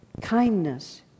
kindness